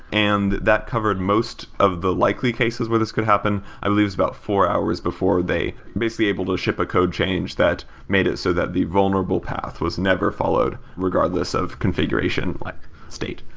and that covered most of the likely cases where this could happen. i believe it's about four hours before they basically able to ship a code change that made it so that the vulnerable path was never followed regardless of configuration like state.